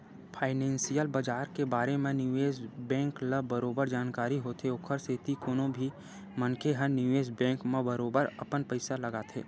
financial बजार के बारे म निवेस बेंक ल बरोबर जानकारी होथे ओखर सेती कोनो भी मनखे ह निवेस बेंक म बरोबर अपन पइसा लगाथे